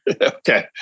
Okay